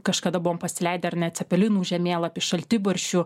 kažkada buvom pasileidę ar ne cepelinų žemėlapį šaltibarščių